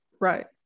Right